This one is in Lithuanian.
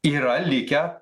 yra likę